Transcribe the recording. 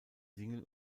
single